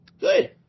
Good